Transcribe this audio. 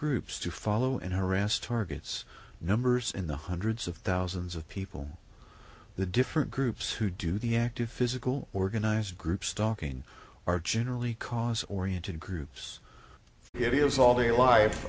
groups to follow and harass targets numbers in the hundreds of thousands of people the different groups who do the active physical organized group stalking are generally cause oriented groups it is all